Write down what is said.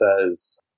says